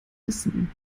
wissen